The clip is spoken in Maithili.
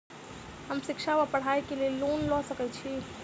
हम शिक्षा वा पढ़ाई केँ लेल लोन लऽ सकै छी?